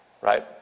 right